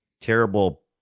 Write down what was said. terrible